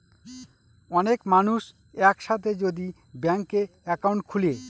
অনেক মানুষ এক সাথে যদি ব্যাংকে একাউন্ট খুলে